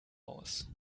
aus